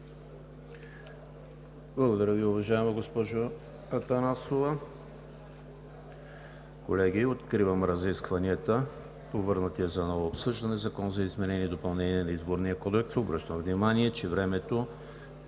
Благодаря Ви, уважаема госпожо Атанасова. Колеги, откривам разискванията по върнатия за ново обсъждане Закон за изменение и допълнение на Изборния кодекс. Обръщам внимание, че времето